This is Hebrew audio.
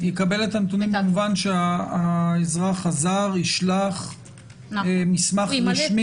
זאת אומרת יקבל את הנתונים במובן שהאזרח הזר ישלח מסמך רשמי?